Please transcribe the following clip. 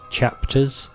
chapters